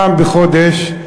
פעם בחודש,